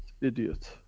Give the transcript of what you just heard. Idiot